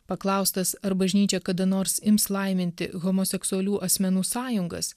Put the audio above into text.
paklaustas ar bažnyčia kada nors ims laiminti homoseksualių asmenų sąjungas